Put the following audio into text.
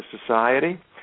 society